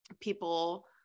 people